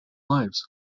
lives